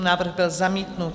Návrh byl zamítnut.